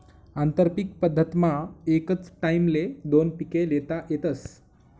आंतरपीक पद्धतमा एकच टाईमले दोन पिके ल्हेता येतस